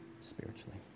spiritually